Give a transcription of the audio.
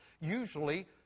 usually